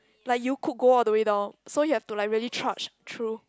like you could go all the way down so you have to really trudge through